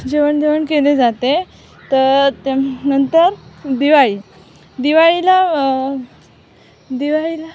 जेवण देवण केले जाते तर नंतर दिवाळी दिवाळीला दिवाळीला